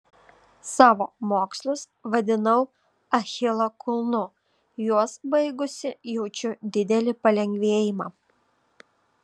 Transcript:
savo mokslus vadinau achilo kulnu juos baigusi jaučiu didelį palengvėjimą